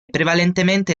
prevalentemente